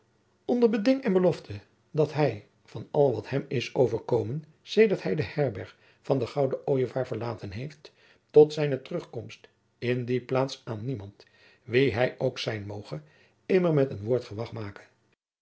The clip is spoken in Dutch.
onder beding en belofte dat hij van al wat hem is overgekomen sedert hij de herberg van den gouden ojevaar verlaten heeft tot zijne terugkomst in jacob van lennep de pleegzoon die plaats aan niemand wie hij ook zijn moge immer met een woord gewag make